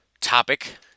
topic